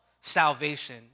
salvation